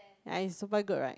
ya it's super good right